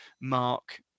mark